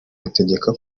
rutegeka